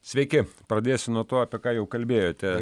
sveiki pradėsiu nuo to apie ką jau kalbėjote